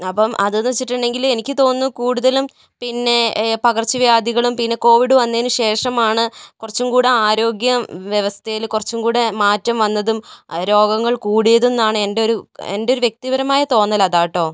അപ്പോൾ അതെന്ന് വച്ചിട്ടുണ്ടെങ്കിൽ എനിക്ക് തോന്നുന്നു കൂടുതലും പിന്നെ പകർച്ചവ്യാധികളും പിന്നെ കോവിഡ് വന്നതിന് ശേഷമാണ് കുറച്ചു കൂടെ ആരോഗ്യ വ്യവസ്ഥയിൽ കുറച്ചു കൂടെ മാറ്റം വന്നതും രോഗങ്ങൾ കൂടിയതും എന്നാണ് എൻ്റെ ഒരു എൻ്റെ ഒരു വ്യക്തിപരമായ തോന്നലതാ കേട്ടോ